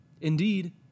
Indeed